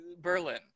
Berlin